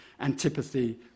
antipathy